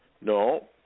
No